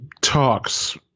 talks –